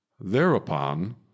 Thereupon